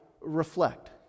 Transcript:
reflect